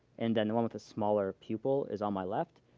and then the one with the smaller pupil is on my left.